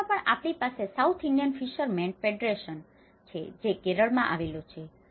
ભારતમાં પણ આપણી પાસે સાઉથ ઈન્ડિયન ફિશરમેન ફેડરેશન છે જે કેરળમાં આવેલું છે